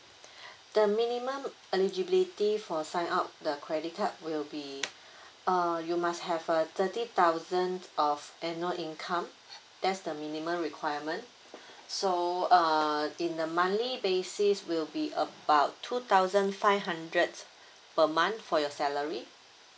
the minimum eligibility for sign up the credit card will be uh you must have a thirty thousand of annual income that's the minimum requirement so uh in the monthly basis will be about two thousand five hundred per month for your salary